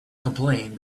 complain